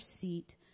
seat